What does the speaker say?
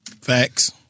Facts